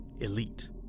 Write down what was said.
elite